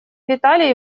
виталий